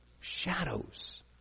shadows